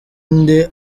nde